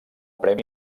premi